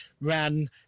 ran